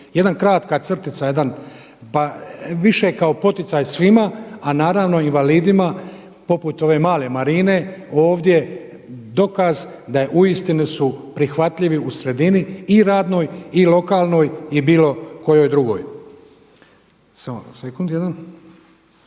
Jedna kratka crtica, jedan, pa više kao poticaj svima a naravno invalidima poput ove male Marine ovdje, dokaz da uistinu su prihvatljivi u sredini i radnoj i lokalnoj i bilo kojoj drugoj.